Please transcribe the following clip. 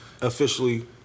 officially